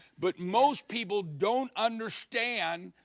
but most people don't understand,